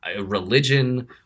religion